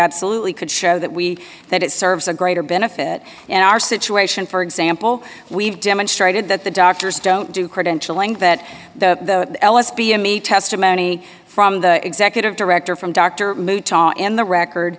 absolutely could show that we that it serves a greater benefit in our situation for example we've demonstrated that the doctors don't do credentialing that the l s b amee testimony from the executive director from doctor and the record